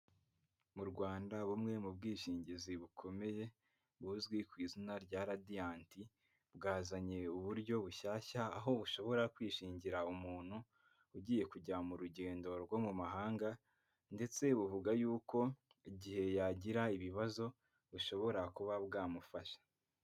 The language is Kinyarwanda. Mu Rwanda bumwe mu bwishingizi bukomeye buzwi ku izina rya Radianti, bwazanye uburyo bushyashya aho bushobora kwishingira umuntu ugiye kujya mu rugendo rwo mu mahanga ndetse buvuga yuko igihe yagira ibibazo bushobora kuba bwamufasha.